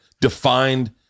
defined